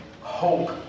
hope